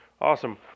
Awesome